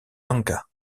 lanka